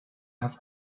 have